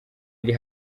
iri